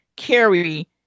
carry